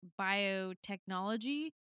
Biotechnology